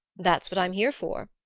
that's what i'm here for,